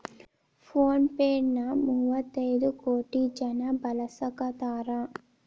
phone pay ನ ಮುವ್ವತೈದ್ ಕೋಟಿ ಜನ ಬಳಸಾಕತಾರ